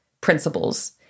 principles